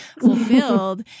fulfilled